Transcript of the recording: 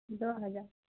دو ہزار